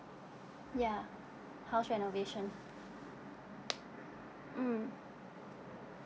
ya house renovation mm